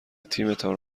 تیمتان